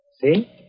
See